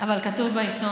אבל זה כתוב בעיתון.